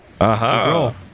Aha